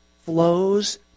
flows